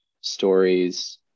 stories